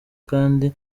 kandi